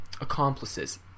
Accomplices